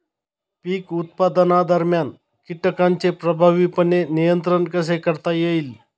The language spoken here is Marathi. पीक उत्पादनादरम्यान कीटकांचे प्रभावीपणे नियंत्रण कसे करता येईल?